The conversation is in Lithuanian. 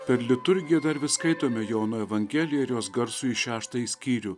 per liturgiją dar vis skaitome jono evangeliją ir jos garsųjį šeštąjį skyrių